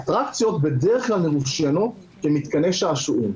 אטרקציות בדרך כלל מאופיינות כמתקני שעשועים.